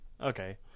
Okay